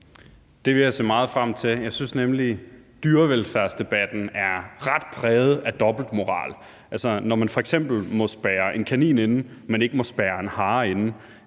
Det vil jeg se meget frem til. Jeg synes nemlig, at dyrevelfærdsdebatten er ret meget præget af dobbeltmoral. Altså, når man f.eks. må spærre en kanin inde, men ikke må spærre en hare inde,